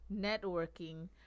networking